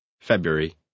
February